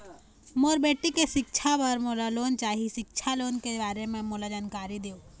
मोर बेटी के सिक्छा पर मोला लोन चाही सिक्छा लोन के बारे म मोला जानकारी देव?